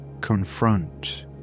confront